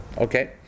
Okay